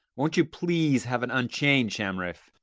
won't you please have it unchained, shamraeff?